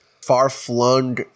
far-flung